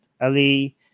Ali